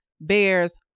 bears